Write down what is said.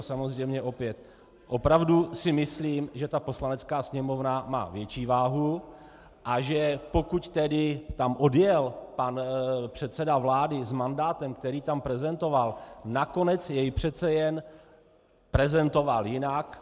Samozřejmě opět, opravdu si myslím, že Poslanecká sněmovna má větší váhu a že pokud tedy tam odjel pan předseda vlády s mandátem, který tam prezentoval, nakonec jej přece jen prezentoval jinak.